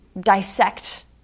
dissect